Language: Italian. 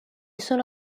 sono